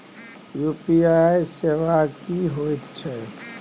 UPI सेवा की होयत छै?